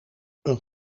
een